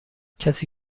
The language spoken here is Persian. کسی